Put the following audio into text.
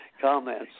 comments